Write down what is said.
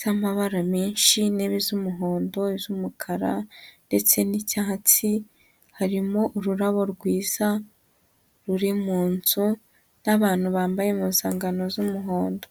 z'amabara menshi, intebe z'umuhondo, iz'umukara ndetse n'icyatsi, harimo ururabo rwiza ruri mu nzu, n'abantu bambaye impuzangano z'umuhondo.